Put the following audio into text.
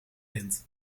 wind